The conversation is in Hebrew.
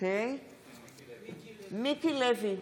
מיקי לוי,